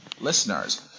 listeners